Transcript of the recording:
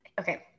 Okay